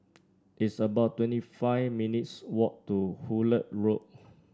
it's about twenty five minutes' walk to Hullet Road